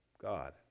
God